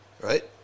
right